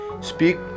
speak